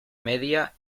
media